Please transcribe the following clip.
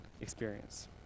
experience